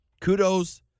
kudos